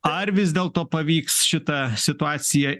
ar vis dėlto pavyks šitą situaciją